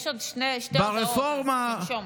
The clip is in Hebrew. יש עוד שתי הודעות, אז תרשום.